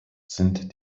sind